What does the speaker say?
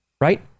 Right